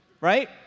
Right